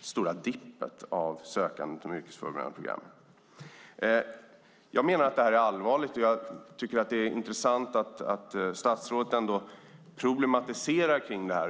stora dipen av sökande till de yrkesförberedande programmen. Jag menar att det här är allvarligt, och jag tycker att det är intressant att statsrådet ändå problematiserar kring det.